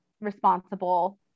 responsible